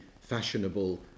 fashionable